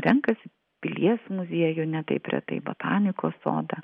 renkasi pilies muziejų ne taip retai botanikos sodą